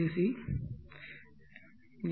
C L